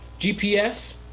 GPS